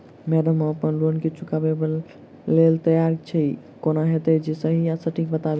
Madam हम अप्पन loan केँ चुकाबऽ लैल तैयार छी केना हएत जे सही आ सटिक बताइब?